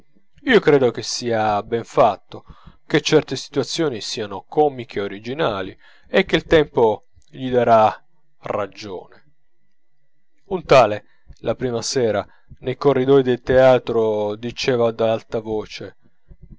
io credo che sia ben fatto che certe situazioni siano comiche e originali e che il tempo gli darà ragione un tale la prima sera nei corridoi del teatro diceva ad alta voce